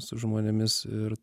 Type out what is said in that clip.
su žmonėmis ir